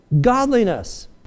godliness